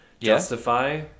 justify